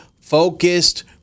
focused